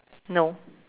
no